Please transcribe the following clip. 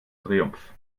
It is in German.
triumph